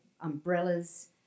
umbrellas